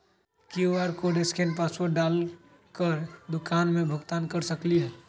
QR code scan password डाल कर दुकान में भुगतान कर सकलीहल?